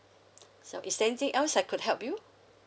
so is there anything else I could help you